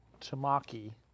Tamaki